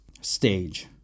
stage